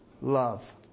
love